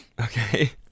Okay